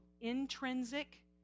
intrinsic